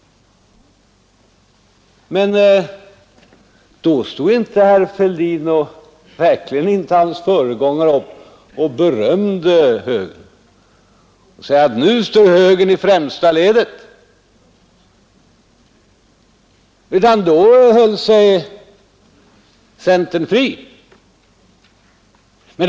Men då stod verkligen inte herr Fälldin eller hans föregångare upp och berömde högern och förklarade: Nu står högern i främsta ledet. Då höll sig centern fri.